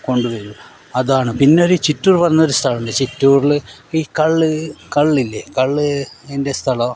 കൊണ്ടു വരും അതാണ് പിന്നെ ഒരു ചിറ്റൂരെന്നു പറഞ്ഞ ഒരു സ്ഥലമുണ്ട് ചിറ്റൂരിൽ ഈ കള്ള് കള്ളില്ലേ കള്ള് അതിൻ്റെ സ്ഥല